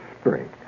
spring